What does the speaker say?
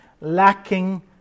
lacking